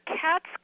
cats